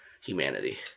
humanity